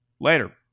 later